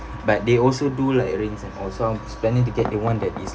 but they also do like rings and all so I'm planning to get the one that is